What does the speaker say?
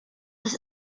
das